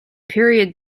period